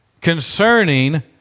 concerning